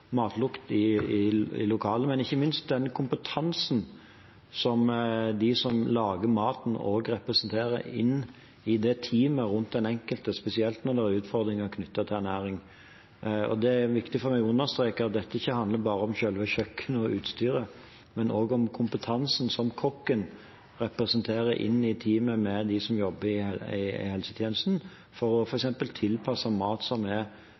i lokalet, og ikke minst den kompetansen de som lager maten, også representerer inn i teamet rundt den enkelte, spesielt når det er utfordringer knyttet til ernæring. Det er viktig for meg å understreke at dette ikke bare handler om selve kjøkkenet og utstyret, men også om kompetansen som kokken representerer inn i teamet med dem som jobber i helsetjenesten, for f.eks. å tilby mat som både er